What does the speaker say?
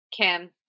Kim